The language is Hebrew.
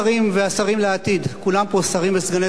כולם פה שרים וסגני שרים לעתיד ולהווה,